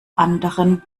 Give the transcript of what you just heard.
anderen